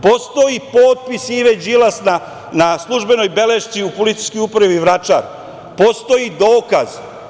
Postoji potpis Ive Đilas na službenoj belešci u Policijskoj upravi Vračar, postoji dokaz.